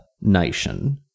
nation